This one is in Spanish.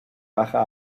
baja